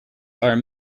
are